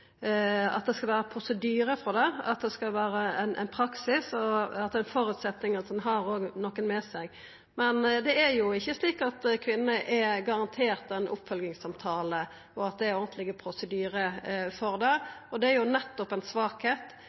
at kvinner skal følgjast opp, at det skal vera prosedyrar for det, at det skal vera ein praksis, og at det er ein føresetnad at ein òg har nokon med seg. Men det er ikkje slik at kvinnene er garanterte ein oppfølgingssamtale, og at det er ordentlege prosedyrar for det. Det er